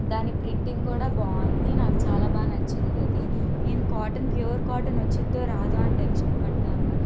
దాని ప్రింటింగ్ కూడా బాగుంది నాకు చాలా బాగా నచ్చింది అది నేను కాటన్ ప్యూర్ కాటన్ వచ్చిందో రాదో అని టెన్షన్ పడినాను